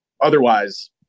Otherwise